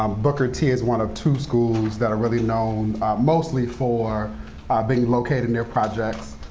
um booker t. is one of two schools that are really known mostly for being located near projects.